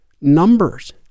numbers